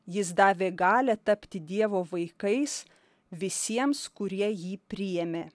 jis davė galią tapti dievo vaikais visiems kurie jį priėmė